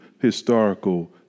historical